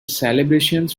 celebrations